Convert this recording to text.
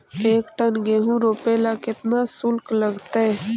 एक टन गेहूं रोपेला केतना शुल्क लगतई?